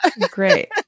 Great